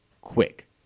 quick